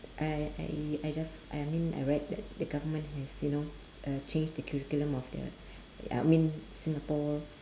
I I I just I mean I read that the government has you know uh changed the curriculum of the I mean singapore